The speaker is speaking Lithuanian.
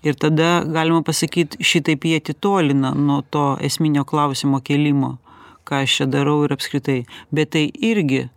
ir tada galima pasakyt šitaip jį atitolina nuo to esminio klausimo kėlimo ką aš čia darau ir apskritai bet tai irgi